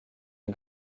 est